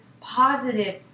positive